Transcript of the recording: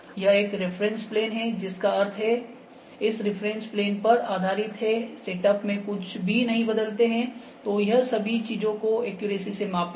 यह एक reference plane है जिसका अर्थ है इस रेफ़्रेन्स प्लेन पर आधारित हैं सेटअप में कुछ भी नहीं बदलते हैं तो यह सभी चीजों को एक्यूरेसी से मापेगा